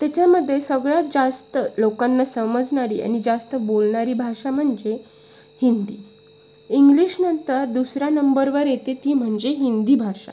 त्याच्यामध्ये सगळ्यात जास्त लोकांना समजणारी आणि जास्त बोलणारी भाषा म्हणजे हिंदी इंग्लिशनंतर दुसऱ्या नंबरवर येते ती म्हणजे हिंदी भाषा